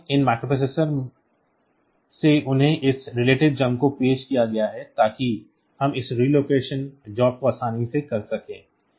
इसलिए इन प्रोसेसरों से उन्हें इस relative jump को पेश किया गया है ताकि हम इस रिलोकेशन जॉब को आसानी से कर सकें